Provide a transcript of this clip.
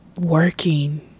working